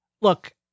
Look